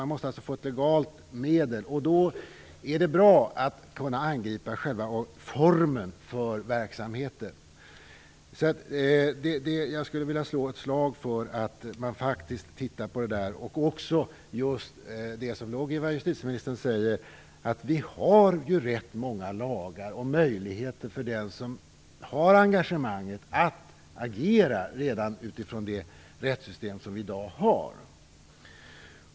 Man måste alltså få ett legalt medel. Då är det bra att kunna angripa själva formen för verksamheten. Jag skulle vilja slå ett slag för att man tittar på det och också på just det som ligger i vad justitieministern säger, dvs. att det redan finns rätt många lagar och möjligheter för den som har engagemanget att agera utifrån det rättssystem som vi i dag har.